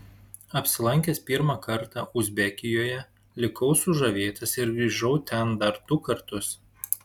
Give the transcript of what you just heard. apsilankęs pirmą kartą uzbekijoje likau sužavėtas ir grįžau ten dar du kartus